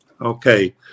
Okay